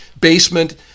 basement